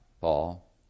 Paul